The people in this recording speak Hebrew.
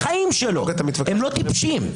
הם לא טיפשים.